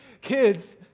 Kids